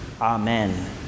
Amen